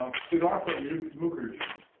siddhartha mukherjee,